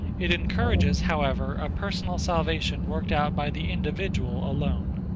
it encourages, however, a personal salvation worked out by the individual alone.